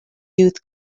youth